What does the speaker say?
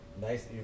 nice